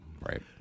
Right